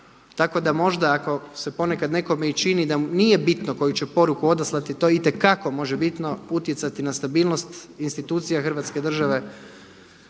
Tako da možda ako se ponekad nekome i čini da nije bitno koju će poruku odaslati to itekako možebitno utjecati na stabilnost institucija Hrvatske države,